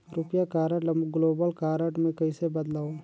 रुपिया कारड ल global card मे कइसे बदलव?